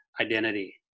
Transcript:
identity